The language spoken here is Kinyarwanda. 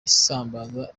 isambaza